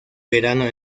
verano